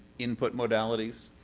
input modalities.